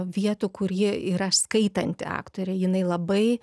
vietų kur ji yra skaitanti aktorė jinai labai